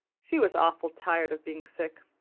she was awful tired of being sick.